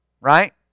right